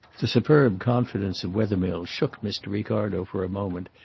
the superb confidence of wethermill shook mr. ricardo for a moment,